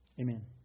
Amen